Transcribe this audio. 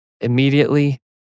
Immediately